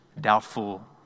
doubtful